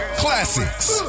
Classics